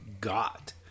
got